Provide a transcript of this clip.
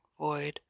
void